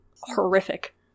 horrific